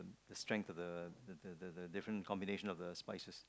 strength of the the the the the different combination of the spices